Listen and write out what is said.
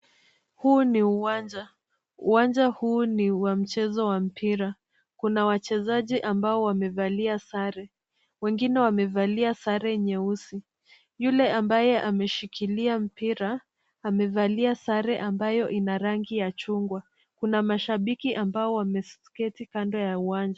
Huu ni uwanja, uwanja huu ni wa mchezo wa mpira. Kuna wachezaji ambao wamevalia sare. Wengine wamevalia sare nyeusi. Yule ambaye ameshikilia mpira amevalia sare ambayo ina rangi ya chungwa. Kuna mashabiki ambao wameketi kando ya uwanja.